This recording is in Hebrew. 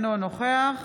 אינו נוכח